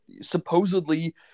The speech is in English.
supposedly